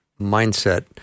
mindset